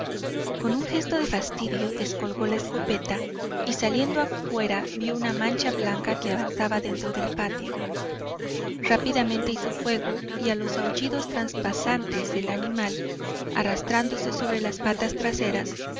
con un gesto de fastidio descolgó la escopeta y saliendo afuera vió una mancha blanca que avanzaba dentro del patio rápidamente hizo fuego y a los aullidos transpasantes del animal arrastrándose sobre las patas traseras